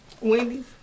Wendy's